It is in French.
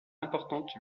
importante